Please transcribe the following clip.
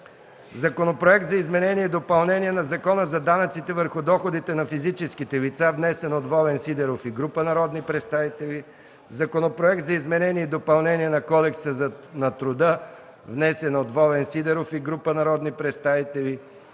Законопроект за изменение и допълнение на Закона за данъците върху доходите на физическите лица, внесен от Волен Сидеров и група народни представители; - Законопроект за изменение и допълнение на Кодекса на труда, внесен от Волен Сидеров и група народни представители;